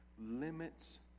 limits